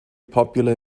popular